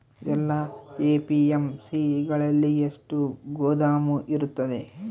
ಎಲ್ಲಾ ಎ.ಪಿ.ಎಮ್.ಸಿ ಗಳಲ್ಲಿ ಎಷ್ಟು ಗೋದಾಮು ಇರುತ್ತವೆ?